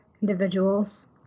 individuals